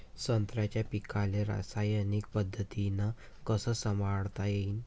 संत्र्याच्या पीकाले रासायनिक पद्धतीनं कस संभाळता येईन?